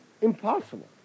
Impossible